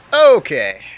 Okay